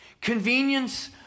Convenience